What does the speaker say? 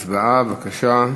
הצבעה, בבקשה.